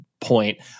point